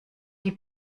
die